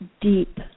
deep